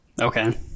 Okay